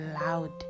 loud